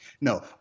No